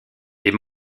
est